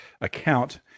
account